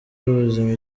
y’ubuzima